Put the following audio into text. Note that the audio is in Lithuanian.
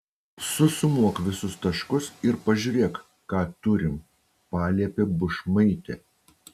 susumuok visus taškus ir pažiūrėk ką turim paliepė bušmaitė